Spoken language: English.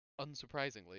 unsurprisingly